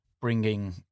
bringing